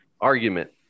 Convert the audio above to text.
argument